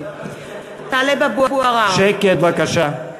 שקט, בבקשה.